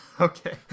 okay